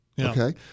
Okay